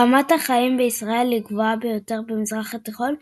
רמת החיים בישראל היא הגבוהה ביותר במזרח התיכון,